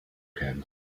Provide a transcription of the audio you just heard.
can